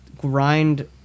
grind